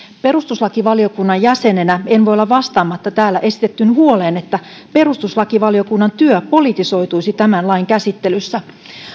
perustuslakivaliokunnan jäsenenä en voi olla vastaamatta täällä esitettyyn huoleen että perustuslakivaliokunnan työ politisoituisi tämän lain käsittelyssä